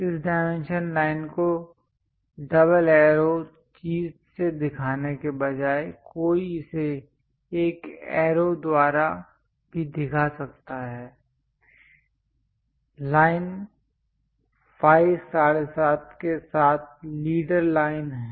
इस dimension line को double arrow चीज़ से दिखाने के बजाय कोई इसे एक एरो द्वारा भी दिखा सकता है लाइन फाई 75 के साथ लीडर लाइन है